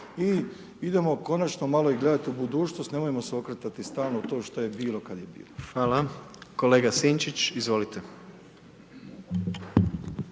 I idemo konačno malo i gledati u budućnost, nemojmo se okretati stalno to što je bilo, kad je bilo. **Jandroković, Gordan